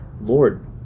lord